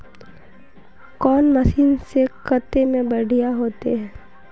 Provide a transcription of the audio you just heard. कौन मशीन से कते में बढ़िया होते है?